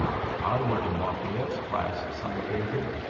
if i were in lafayette's class, sighed david,